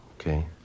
Okay